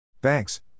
Banks